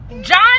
John